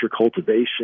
cultivation